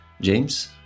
James